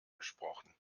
gesprochen